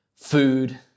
food